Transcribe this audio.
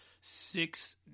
six